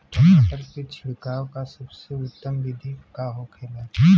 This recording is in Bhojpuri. टमाटर में छिड़काव का सबसे उत्तम बिदी का होखेला?